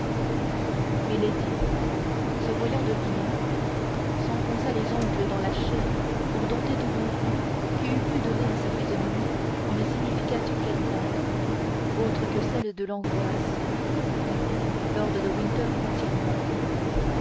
se voyant devinée s'enfonça les ongles dans la chair pour dompter tout mouvement qui eût pu donner à sa physionomie une signification quelconque autre que celle de l'angoisse lord de winter continua